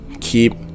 keep